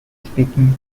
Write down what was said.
speaking